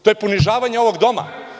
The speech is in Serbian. To je ponižavanje ovog doma.